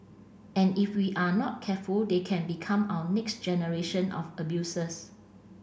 and if we are not careful they can become our next generation of abusers